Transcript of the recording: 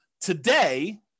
Today